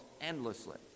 endlessly